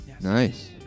nice